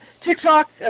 TikTok